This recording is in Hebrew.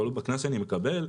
תלוי בקנס שאני מקבל,